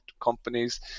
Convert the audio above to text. companies